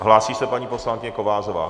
Hlásí se poslankyně Kovářová.